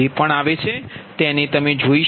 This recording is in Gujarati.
જે પણ આવે છે તે જુઓ